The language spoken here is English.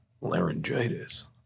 Laryngitis